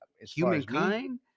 humankind